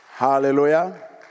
Hallelujah